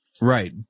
Right